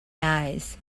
eyes